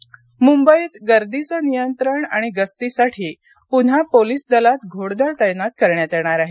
police मुंबईत गर्दीचे नियंत्रण आणि गस्तीसाठी पुन्हा पोलिस दलात घोडदळ तैनात करण्यात येणार आहे